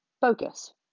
focus